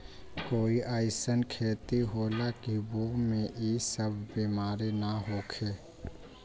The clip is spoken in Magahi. कोई अईसन खेती होला की वो में ई सब बीमारी न होखे?